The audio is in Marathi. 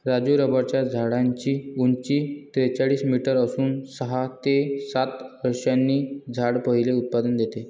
राजू रबराच्या झाडाची उंची त्रेचाळीस मीटर असून सहा ते सात वर्षांनी झाड पहिले उत्पादन देते